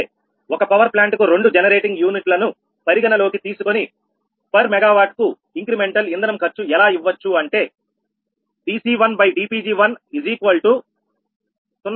సరే ఒక power plant కు రెండు జనరేటింగ్ యూనిట్లను పరిగణలోకి తీసుకొని పర్ MW కు ఇంక్రిమెంటల్ ఇంధనం ఖర్చు ఎలా ఇవ్వచ్చు అంటే dC1dPg10